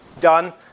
done